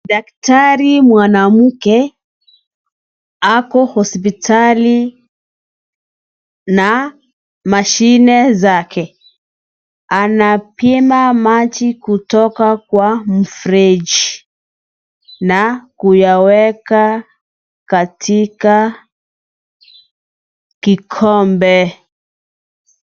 Daktari mwanamuke ako hospitali na mashine zake. Anapima maji kutoka kwa mfereji na kuyaweka katika kikombe.